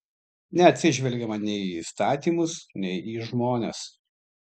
neatsižvelgiama nei į įstatymus nei į žmones